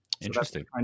Interesting